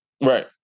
Right